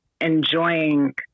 enjoying